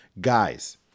Guys